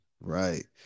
Right